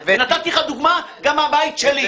נתתי לך דוגמה גם מהבית שלי,